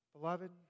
Beloved